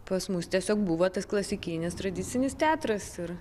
pas mus tiesiog buvo tas klasikinis tradicinis teatras ir